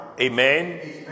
Amen